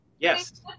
yes